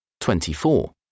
24